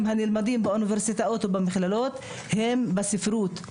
הנלמדים באוניברסיטאות ובמכללות הם בספרות.